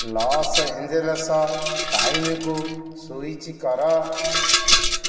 Los Angeles ଟାଇମ୍କୁ switch କର